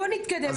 בוא נתקדם.